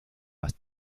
más